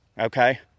okay